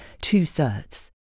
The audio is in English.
two-thirds